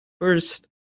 first